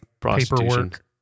paperwork